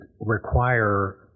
require